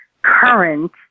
current